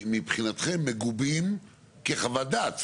מבחינתכם, מגובים כחוות דעת?